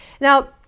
Now